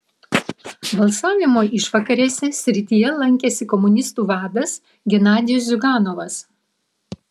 balsavimo išvakarėse srityje lankėsi komunistų vadas genadijus ziuganovas